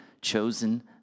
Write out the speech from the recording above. chosen